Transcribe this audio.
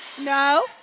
no